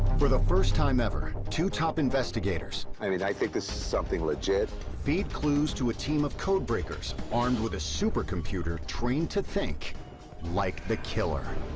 for the first time ever, two top investigators. i mean, i think this is something legit. narrator feed clues to a team of code breakers armed with a supercomputer trained to think like the killer.